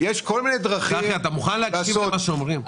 צחי, אתה מוכן להקשיב למה שאומרים?